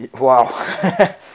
Wow